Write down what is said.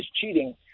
cheating